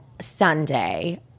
Sunday